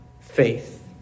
faith